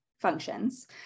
functions